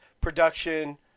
production